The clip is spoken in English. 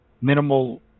minimal